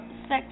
sex